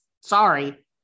Sorry